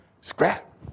scrap